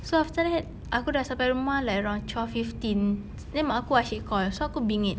so after that aku sudah sampai rumah like around twelve fifteen then mak aku asyik call then aku bingit